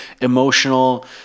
emotional